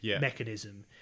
mechanism